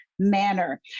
Manner